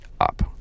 up